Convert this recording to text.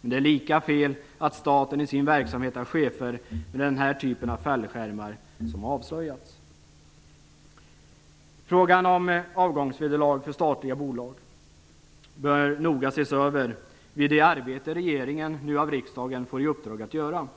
Men det är lika fel att staten i sin verksamhet har chefer med den typ av fallskärmar som nu har avslöjats. Frågan om avgångsvederlag i statliga bolag bör noga ses över i det arbete som regeringen nu av riksdagen får i uppdrag att göra.